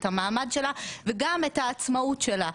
את המעמד שלה וגם את העצמאות שלה.